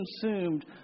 consumed